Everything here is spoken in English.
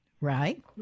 Right